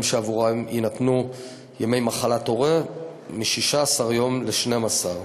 שעבורם יינתנו ימי מחלת הורה מ-16 ל-12.